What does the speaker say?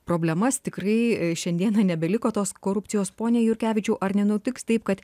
problemas tikrai šiandien nebeliko tos korupcijos pone jurkevičiau ar nenutiks taip kad